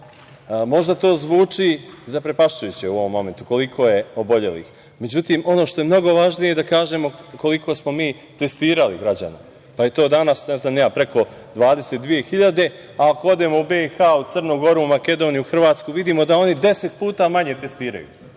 Možda to zvuči zaprepašćujuće u ovom momentu koliko je obolelih, međutim ono što je mnogo važnije da kažemo jeste koliko smo mi testirali građana, pa je to danas ne znam ni ja preko 22.000, a ako odemo u BiH u Crnu Goru, Makedoniju, Hrvatsku, vidimo da oni 10 puta manje testiraju.